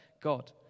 God